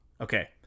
Okay